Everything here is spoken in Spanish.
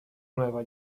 nueva